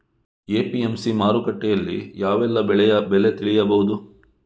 APMC ಮಾರುಕಟ್ಟೆಯಲ್ಲಿ ಯಾವೆಲ್ಲಾ ಬೆಳೆಯ ಬೆಲೆ ತಿಳಿಬಹುದು?